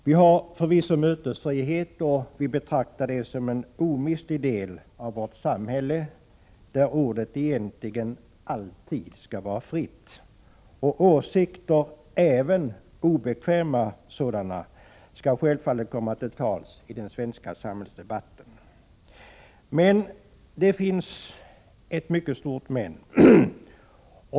Vi har förvisso mötesfrihet, och vi betraktar den som en omistlig del av vårt samhälle, där ordet egentligen alltid skall vara fritt. Åsikter, även obekväma sådana, skall självfallet kunna komma till tals i den svenska samhällsdebatten. Men, det finns ett mycket stort men.